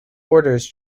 orders